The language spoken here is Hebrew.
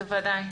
בוודאי.